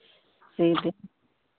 सिल देंगे